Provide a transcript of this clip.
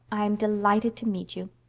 i'm delighted to meet you.